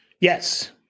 Yes